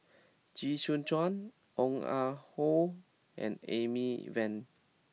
Chee Soon Juan Ong Ah Hoi and Amy Van